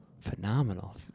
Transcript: Phenomenal